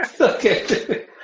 Okay